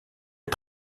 est